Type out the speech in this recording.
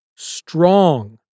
strong